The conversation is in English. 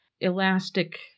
elastic